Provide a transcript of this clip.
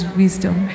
wisdom